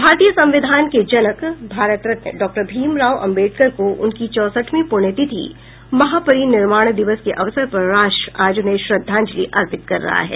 भारतीय संविधान के जनक भारत रत्न डॉ भीमराव आम्बेडकर को उनकी चौसठवीं पुण्य तिथि महापरिनिर्वाण दिवस के अवसर पर राष्ट्र आज उन्हें श्रद्धांजलि अर्पित कर रहा है